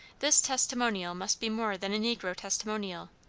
this testimonial must be more than a negro testimonial.